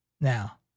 Now